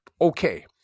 okay